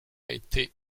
été